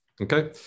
Okay